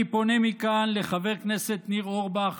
אני פונה מכאן לחבר כנסת ניר אורבך